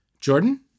Jordan